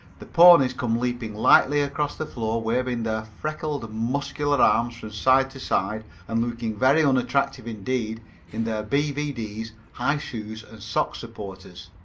the ponies come leaping lightly across the floor waving their freckled, muscular arms from side to side and looking very unattractive indeed in their b v d s, high shoes and sock supporters.